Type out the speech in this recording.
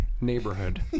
neighborhood